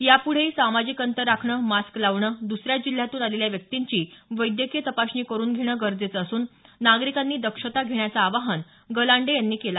यापुढेही सामाजिक अंतर राखणं मास्क लावणं दुसऱ्या जिल्ह्यातून आलेल्या व्यक्तींची वैद्यकीय तपासणी करून घेणं गरजेचं असून नागरिकांनी दक्षता घेण्याचं आवाहन गलांडे यांनी केलं